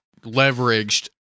leveraged